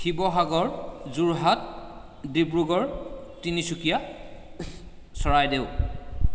Sivasagar Jorhat Dibrugarh Tinsukia Charaideo